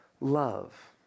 love